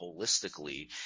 holistically